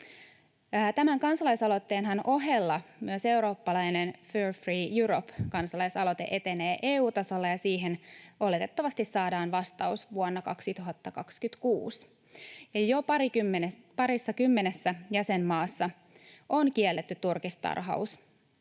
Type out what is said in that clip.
Tämän kansalaisaloitteen ohellahan myös eurooppalainen Fur Free Europe -kansalaisaloite etenee EU-tasolla, ja siihen oletettavasti saadaan vastaus vuonna 2026. Jo parissakymmenessä jäsenmaassa on kielletty turkistarhaus